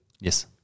Yes